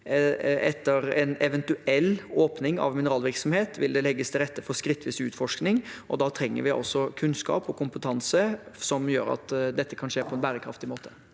Etter en eventuell åpning av mineralvirksomhet vil det legges til rette for skrittvis utforskning, og da trenger vi kunnskap og kompetanse som gjør at dette kan skje på en bærekraftig måte.